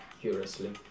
curiously